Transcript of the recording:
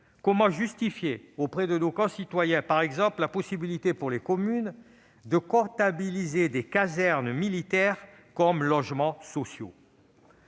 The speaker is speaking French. comment justifier auprès de nos concitoyens la possibilité pour les communes de comptabiliser des casernes militaires comme logements sociaux ?